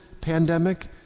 pandemic